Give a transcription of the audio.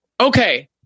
Okay